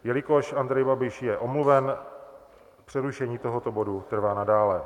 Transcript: Jelikož Andrej Babiš je omluven, přerušení tohoto bodu trvá nadále.